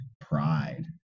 pride